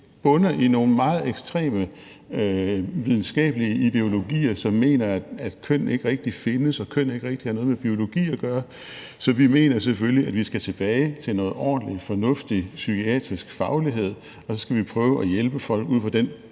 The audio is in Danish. bunder i nogle meget ekstreme videnskabelige ideologier, hvor man mener, at køn ikke rigtig findes, og at køn ikke rigtig har noget med biologi at gøre, så vi mener selvfølgelig, at vi skal tilbage til noget ordentlig, fornuftig psykiatrisk faglighed, og så skal vi prøve at hjælpe folk ud fra den